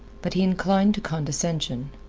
but he inclined to condescension.